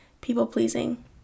people-pleasing